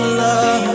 love